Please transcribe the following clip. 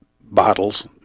bottles